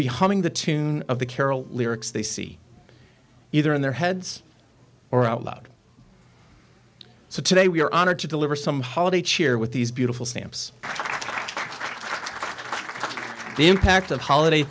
be humming the tune of the carol lyrics they see either in their heads or out loud so today we are honored to deliver some holiday cheer with these beautiful stamps thank the impact of holiday